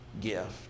gift